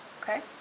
Okay